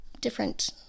different